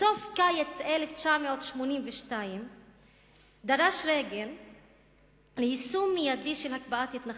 בסוף קיץ 1982 דרש רייגן ליישם מייד את הקפאת התנחלויות.